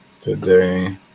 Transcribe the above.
today